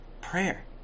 Prayer